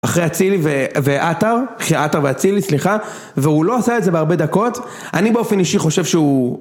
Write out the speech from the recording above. אחרי אצילי ועתר, אחרי עתר ואצילי סליחה והוא לא עושה את זה בהרבה דקות אני באופן אישי חושב שהוא...